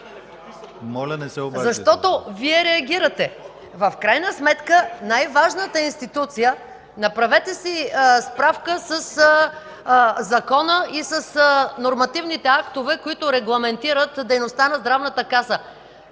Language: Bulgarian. Защото Вие реагирате. В крайна сметка, най-важната институция – направете си справка със закона и с нормативните актове, които регламентират дейността на Здравната каса,